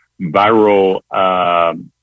viral